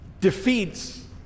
defeats